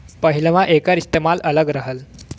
पहिलवां एकर इस्तेमाल अलग रहल